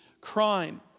crime